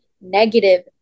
negative